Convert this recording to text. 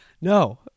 No